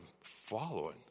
following